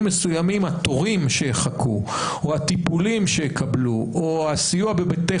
מסוימים התורים שיחכו או הטיפולים שיקבלו או הסיוע בבתי